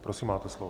Prosím, máte slovo.